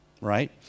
right